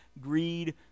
greed